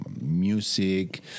music